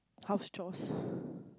house chores